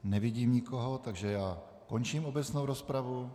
Nevidím nikoho, takže končím obecnou rozpravu.